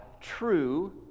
true